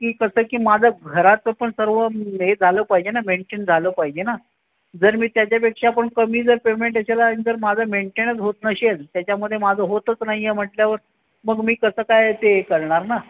की कसं की माझं घराचं पण सर्व हे झालं पाहिजे ना मेंटेन झालं पाहिजे ना जर मी त्याच्यापेक्षा पण कमी जर पेमेंट हे केला तर माझं मेंटेनच होतं नसेल त्याच्यामध्ये माझं होतंच नाही आहे म्हटल्यावर मग मी कसं काय ते करणार ना